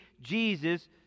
Jesus